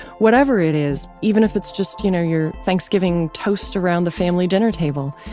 whatever it is, even if it's just you know your thanksgiving toast around the family dinner table.